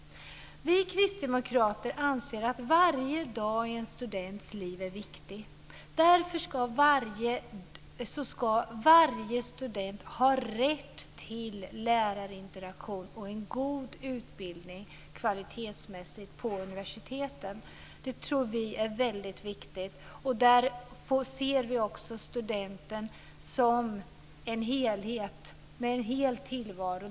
Vi kristdemokrater anser att varje dag i en students liv är viktig. Därför ska varje student ha rätt till lärarinteraktion och en god utbildning kvalitetsmässigt på universiteten. Det tror vi är väldigt viktigt. Vi ser också studenten som en helhet med en hel tillvaro.